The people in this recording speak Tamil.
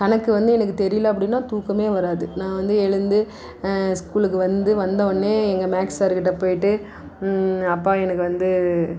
கணக்கு வந்து எனக்கு தெரியல அப்படினா தூக்கமே வராது நான் வந்து எழுந்து ஸ்கூலுக்கு வந்து வந்தோடன்னே எங்கள் மேக்ஸ் சார் கிட்ட போயிட்டு அப்பா எனக்கு வந்து